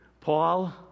Paul